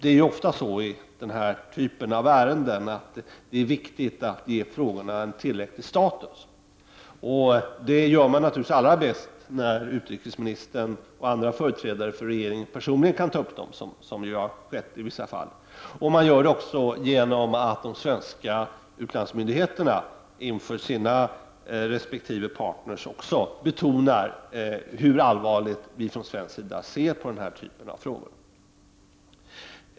När det gäller den här typen av ärenden är det viktigt att ge frågorna en tillräcklig status. Det gör man naturligtvis allra bäst när utrikesministern och andra företrädare för regeringen personligen kan ta upp dem, vilket har skett i vissa fall. Man gör det också genom att de svenska utlandsmyndigheterna inför sina resp. partner betonar hur allvarligt vi från svensk sida ser på dessa frågor.